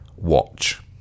watch